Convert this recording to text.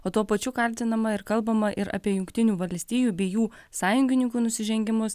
o tuo pačiu kaltinama ir kalbama ir apie jungtinių valstijų bei jų sąjungininkų nusižengimus